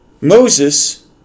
Moses